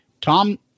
Tom